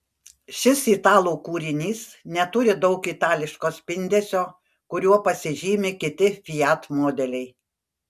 šis italų kūrinys neturi daug itališko spindesio kuriuo pasižymi kiti fiat modeliai